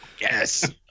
Yes